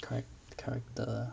charac~ character